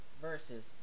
versus